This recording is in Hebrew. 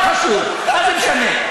לא חשוב, מה זה משנה.